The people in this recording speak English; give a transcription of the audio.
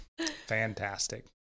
Fantastic